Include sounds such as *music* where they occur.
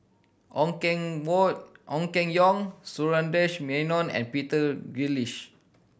Ong Keng Wong Ong Keng Yong Sundaresh Menon and Peter *unintelligible*